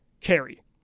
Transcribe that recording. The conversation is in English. carry